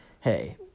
hey